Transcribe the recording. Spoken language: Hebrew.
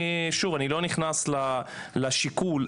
אני לא נכנס לשיקול,